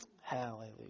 Hallelujah